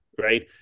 right